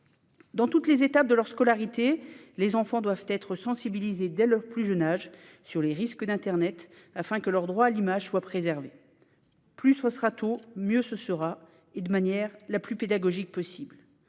Dans toutes les étapes de leur scolarité, les enfants doivent, dès leur plus jeune âge, être sensibilisés aux risques d'internet, afin que leur droit à l'image soit préservé. Plus ce sera tôt, mieux ce sera, et ce de la manière la plus pédagogique possible.